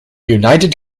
united